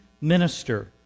minister